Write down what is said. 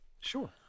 sure